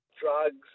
drugs